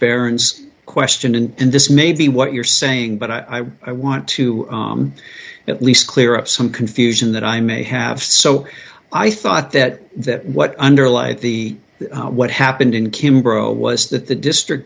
parents question and this may be what you're saying but i want to at least clear up some confusion that i may have so i thought that that what underlies the what happened in kimbra was that the district